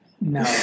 no